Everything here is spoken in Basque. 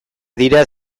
dira